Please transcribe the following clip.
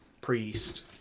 priest